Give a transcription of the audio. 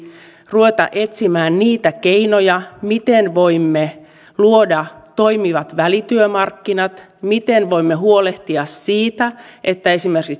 ruveta etsimään niitä keinoja miten voimme luoda toimivat välityömarkkinat miten voimme huolehtia siitä että